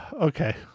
Okay